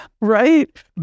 right